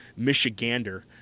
Michigander